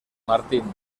martín